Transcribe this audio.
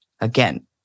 Again